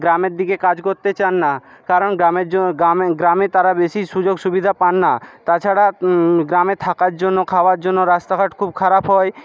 গ্রামের দিকে কাজ করতে চান না কারণ গ্রামের জন্য গ্রামে তারা বেশি সুযোগ সুবিধা পান না তাছাড়া গ্রামে থাকার জন্য খাবার জন্য রাস্তাঘাট খুব খারাপ হয়